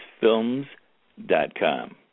Films.com